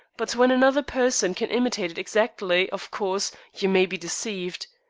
but when another person can imitate it exactly, of course, you may be deceived.